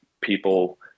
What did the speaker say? people